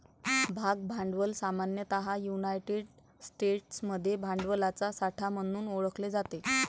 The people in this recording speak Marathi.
भाग भांडवल सामान्यतः युनायटेड स्टेट्समध्ये भांडवलाचा साठा म्हणून ओळखले जाते